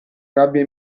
rabbia